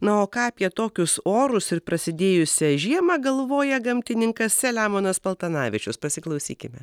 na o ką apie tokius orus ir prasidėjusią žiemą galvoja gamtininkas selemonas paltanavičius pasiklausykime